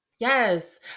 Yes